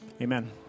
Amen